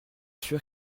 sûr